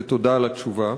ותודה על התשובה.